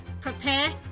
Prepare